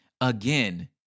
Again